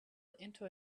into